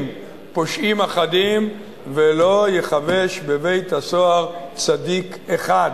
פושעים אחדים ולא ייחבש בבית-הסוהר צדיק אחד.